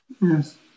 Yes